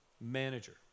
manager